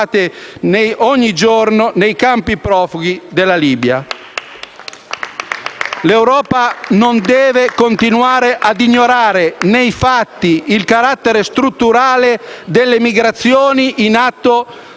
L'Europa non deve continuare ad ignorare, nei fatti, il carattere strutturale delle migrazioni in atto